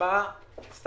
אתה